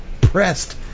pressed